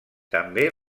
també